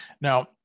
now